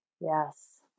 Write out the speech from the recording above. Yes